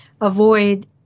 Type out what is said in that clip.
avoid